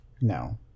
No